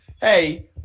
Hey